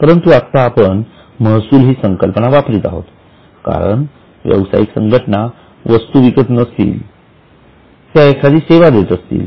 परंतु आता आपण महसूल ही संकल्पना वापरीत आहोत कारण व्यवसायिक संघटना वस्तू विकत नसतील त्या एखादी सेवा देत असतील